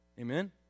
Amen